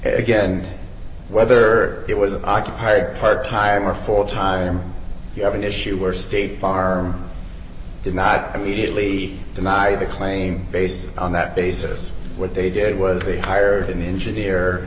again whether it was occupied part time or for a time you have an issue where state farm did not immediately deny the claim based on that basis what they did was they hired in the engineer